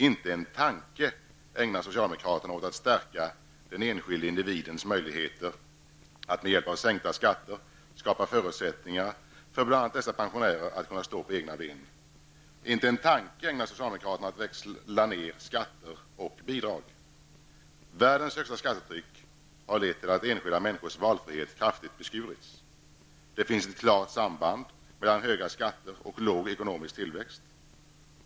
Inte en tanke ägnar socialdemokraterna åt att stärka den enskilde individens möjligheter att med hjälp av sänkta skatter skapa förutsättningar för bl.a. dessa pensionärer att kunna stå på egna ben. Inte en tanke ägnar socialdemokraterna att växla ner skatter och bidrag. Världens högsta skattetryck har lett till att enskilda människors valfrihet kraftigt beskurits. Det finns ett klart samband mellan höga skatter och låg ekonomisk tillväxt.